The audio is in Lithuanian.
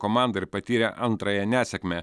komanda ir patyrė antrąją nesėkmę